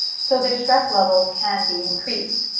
so their stress levels can be increased.